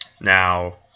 Now